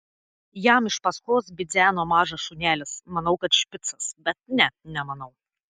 jam iš paskos bidzeno mažas šunelis manau kad špicas bet ne nemanau